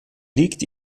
liegt